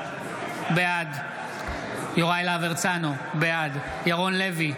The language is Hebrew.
בעד יוראי להב הרצנו, בעד ירון לוי,